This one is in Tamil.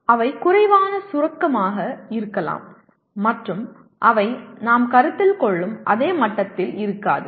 அவை குறைவான சுருக்கமாக இருக்கலாம் மற்றும் அவை நாம் கருத்தில் கொள்ளும் அதே மட்டத்தில் இருக்காது